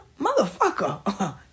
Motherfucker